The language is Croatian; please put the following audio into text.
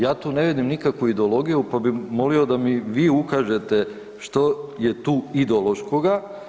Ja tu ne vidim nikakvu ideologiju, pa bi molio da mi vi ukažete što je tu ideološkoga.